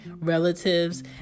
relatives